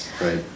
Right